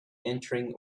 entering